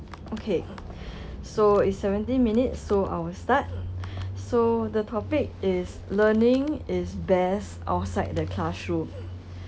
okay so it's seventeen minutes so I will start so the topic is learning is best outside the classroom